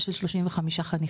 של 35 חניכים,